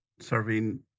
serving